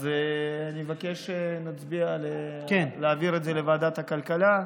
אז אני מבקש שנצביע על להעביר את זה לוועדת כלכלה.